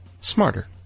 smarter